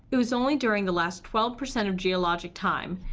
it was only during the last twelve percent of geologic time,